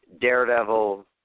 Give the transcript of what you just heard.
Daredevil